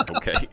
Okay